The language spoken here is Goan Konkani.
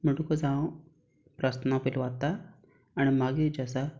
म्हणटकच हांव प्रस्तावना पयलीं वाचतां आनी मगीर जें आसा